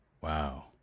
wow